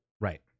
Right